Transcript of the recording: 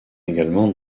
également